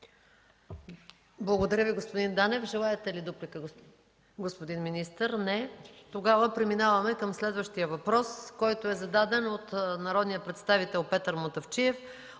Благодаря Ви, господин Данев. Желаете ли дуплика, господин министър? Не. Преминаваме към следващия въпрос, зададен от народния представител Петър Мутафчиев